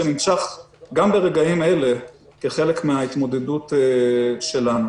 שנמשך גם ברגעים האלה כחלק מן ההתמודדות שלנו.